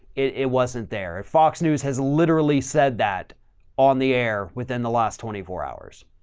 it wasn't there. if fox news has literally said that on the air within the last twenty four hours